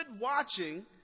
watching